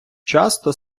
часто